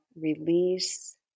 release